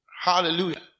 Hallelujah